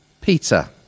Peter